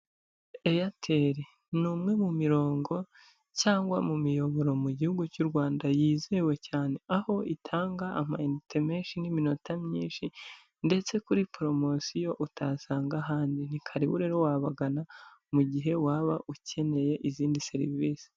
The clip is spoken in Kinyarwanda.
Airtel ni umwe mu mirongo cyangwa mu miyoboro mu gihugu cy'u Rwanda yizewe cyane, aho itanga amainite menshi n'iminota myinshi, ndetse kuri poromosiyo utasanga ahandi, ni karibu rero, wabagana mu gihe waba ukeneye izindi serivisi.